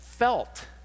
felt